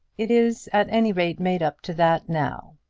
it is at any rate made up to that now.